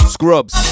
Scrubs